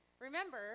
remember